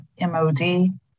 MOD